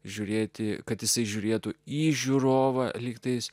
žiūrėti kad įsižiūrėtų į žiūrovą lyg tais